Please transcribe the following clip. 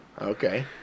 Okay